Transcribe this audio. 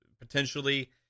potentially